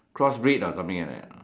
crossbreed or something like that ah